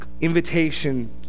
invitation